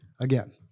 Again